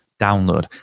download